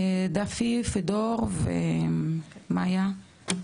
עורכת דין דפנה פודור, בבקשה.